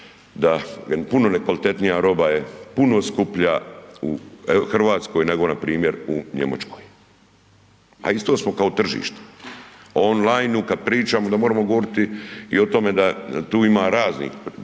da puno ne kvalitetnija roba je puno skuplja u Hrvatskoj nego npr. u Njemačkoj, a isto smo kao tržište. O online kada pričamo onda možemo govoriti i o tome da tu ima raznih